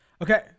Okay